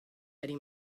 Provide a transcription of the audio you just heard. eddie